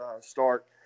start